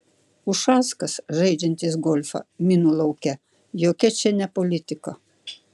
ušackas žaidžiantis golfą minų lauke jokia čia ne politika